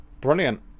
Brilliant